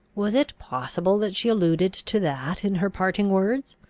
was it possible that she alluded to that in her parting words?